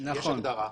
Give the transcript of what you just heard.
יש הגדרה,